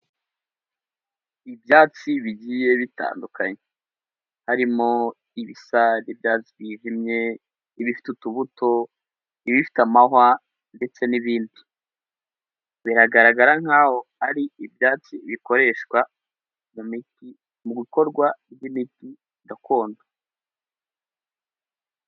ibyatsi bigiye bitandukanye. Harimo ibisa n'ibyatsi byijimye, ibifite utubuto, ibifite amahwa ndetse n'ibindi. Biragaragara nk'aho ari ibyatsi bikoreshwa mu ikorwa ry'imiti gakondo.